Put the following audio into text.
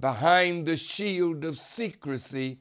the hind the shield of secrecy